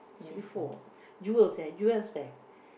should be four Jewel's there Jewel's there